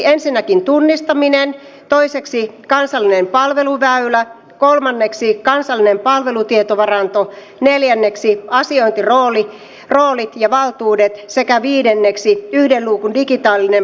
ensinnäkin tunnistamista toiseksi kansallista palveluväylää kolmanneksi kansallista palvelutietovarantoa neljänneksi asiointirooleja ja valtuuksia sekä viidenneksi yhden luukun digitaalista palvelunäkymää